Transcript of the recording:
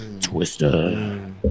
Twister